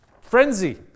frenzy